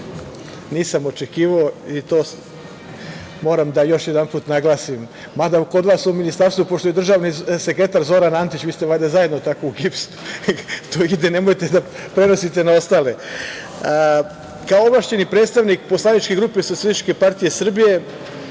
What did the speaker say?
nisam očekivao i to moram još jedanput naglasim. Mada, kod vas u Ministarstvu, pošto je državni sekretar Zoran Antić, vi ste valjda zajedno tako u gipsu, to ide, nemojte da prenosite na ostale. Kao ovlašćeni predstavnik poslaničke grupe SPS danas ću se pre